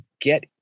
get